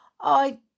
I